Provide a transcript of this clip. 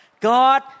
God